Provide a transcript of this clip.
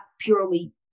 purely